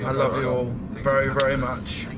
i love you all very, very much.